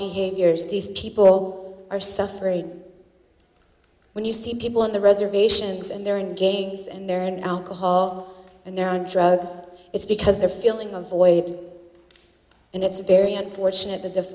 behaviors these people are suffering when you see people on the reservations and they're engaged and they're an alcohol and they're on drugs it's because they're feeling a void and it's a very unfortunate